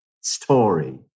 story